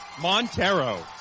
Montero